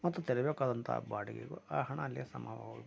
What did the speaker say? ಮತ್ತು ತೆರಬೇಕಾದಂತ ಬಾಡಿಗೆಗು ಆ ಹಣ ಅಲ್ಲಿಗೆ ಸಮವಾಗಿಬಿಡುತ್ತೆ